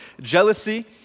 Jealousy